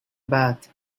bath